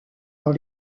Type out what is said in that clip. dans